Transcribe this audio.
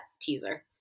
teaser